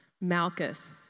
Malchus